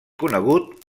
conegut